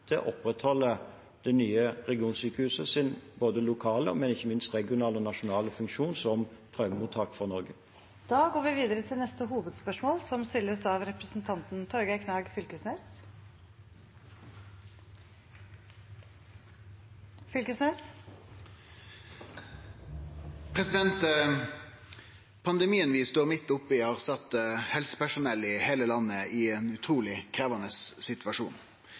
det nye regionsykehusets både lokale og ikke minst regionale og nasjonale funksjon som traumemottak for Norge. Vi går videre til neste hovedspørsmål. Pandemien vi står midt oppe i, har sett helsepersonell i heile landet i ein utruleg krevjande situasjon.